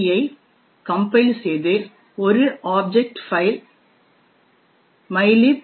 c ஐ compile செய்து ஒரு ஆப்ஜெக்ட் ஃபைல் mylib